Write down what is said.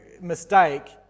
mistake